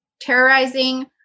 terrorizing